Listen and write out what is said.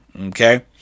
Okay